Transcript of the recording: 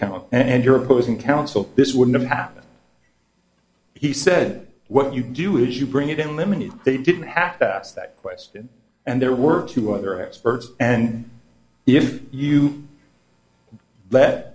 counsel and you're opposing counsel this would never happen he said what you do is you bring it in limited they didn't have to ask that question and there were two other experts and if you let